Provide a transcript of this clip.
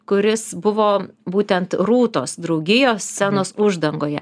kuris buvo būtent rūtos draugijos scenos uždangoje